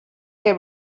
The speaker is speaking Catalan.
que